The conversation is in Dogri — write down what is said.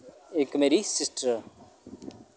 इक मेरी सिस्टर